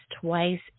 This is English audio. twice